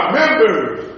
members